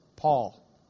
Paul